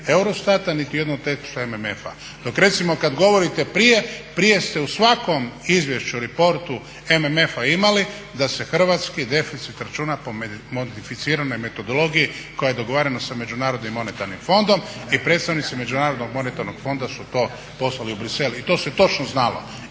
Eurostat-a niti u jednom tekstu MMF-a. Dok recimo kada govorite prije, prije ste u svakom izvješću reportu MMF-a imali da se hrvatski deficit računa po … metodologiji koja je dogovarana sa MMF-om i predstavnici MMF-a su to poslali u Bruxelles. I to se točno znalo